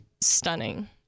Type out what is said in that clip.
stunning